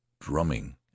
drumming